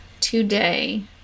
today